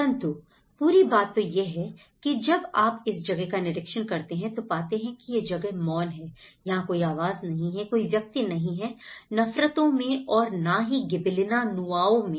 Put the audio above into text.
परंतु पूरी बात तो यह है कि जब आप इस जगह का निरीक्षण करते हैं तो पाते हैं कि यह जगह मौन है यहां कोई आवाज नहीं है कोई व्यक्ति नहीं है नफरतों में और ना ही गिबेलिना नुओवा में